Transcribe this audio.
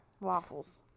Waffles